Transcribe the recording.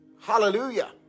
Hallelujah